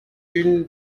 une